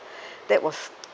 that was